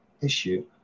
issue